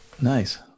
nice